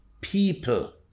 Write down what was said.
people